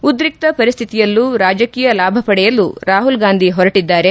ಉದ್ರಿಕ್ಷ ಪರಿಸ್ತಿತಿಯಲ್ಲೂ ರಾಜಕೀಯ ಲಾಭ ಪಡೆಯಲು ರಾಹುಲ್ ಗಾಂಧಿ ಹೊರಟದಾರೆ